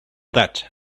that